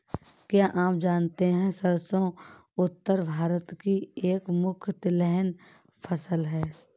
क्या आप जानते है सरसों उत्तर भारत की एक प्रमुख तिलहन फसल है?